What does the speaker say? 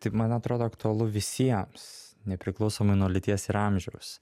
tai man atrodo aktualu visiems nepriklausomai nuo lyties ir amžiaus